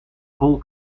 vol